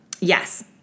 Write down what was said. Yes